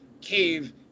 cave